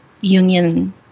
union